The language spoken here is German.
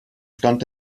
stand